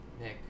Nick